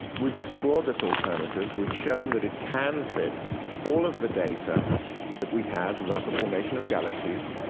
we've explored this alternative. we've shown that it can fit all of the data that we have about the formation of galaxies,